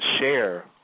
share